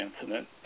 incident